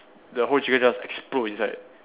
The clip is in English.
the whole chicken just explode inside